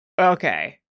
Okay